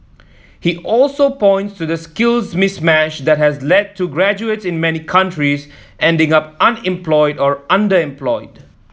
he also points to the skills mismatch that has led to graduates in many countries ending up unemployed or underemployed